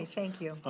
ah thank you.